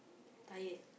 tired